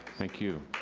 thank you.